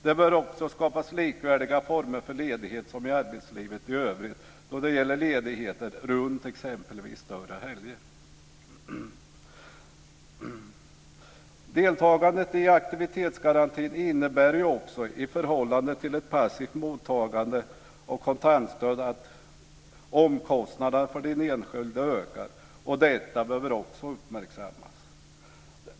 Det bör också skapas former för ledighet som är likvärdiga med formerna i arbetslivet i övrigt då det gäller ledigheter kring exempelvis större helger. Deltagandet i aktivitetsgarantin innebär också i förhållande till passivt mottagande av kontanstöd att omkostnaderna för den enskilde ökar. Detta behöver också uppmärksammas.